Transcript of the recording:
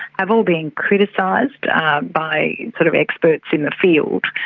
have all been criticised by sort of experts in the field.